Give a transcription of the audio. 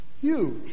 huge